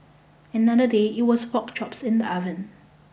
another day it was pork chops in the oven